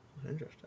Interesting